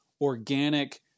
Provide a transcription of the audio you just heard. organic